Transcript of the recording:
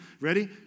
Ready